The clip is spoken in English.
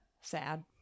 Sad